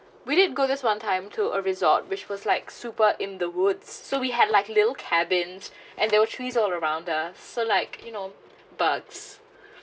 we did go this one time to a resort which was like super in the woods so we had like lil cabins and there were trees all around us so like you know bugs